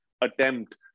attempt